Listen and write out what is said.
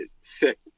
sick